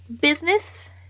business